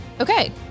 Okay